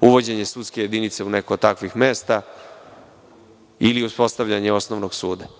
uvođenje sudske jedinice u neko od takvih mesta ili uspostavljanje osnovnog suda. To